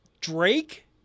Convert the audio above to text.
Drake